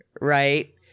right